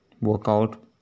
workout